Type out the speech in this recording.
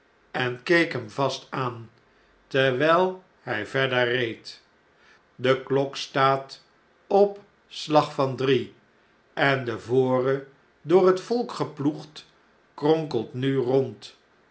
en keek hem vast aan terwjjl hjj verder reed de klok staat op slag van drie en de vore door het volk geploegd kronkelt nu rond